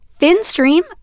FinStream